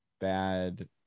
bad